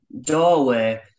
doorway